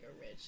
rich